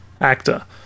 actor